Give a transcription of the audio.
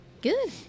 Good